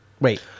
Wait